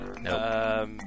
No